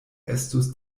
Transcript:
estus